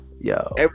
Yo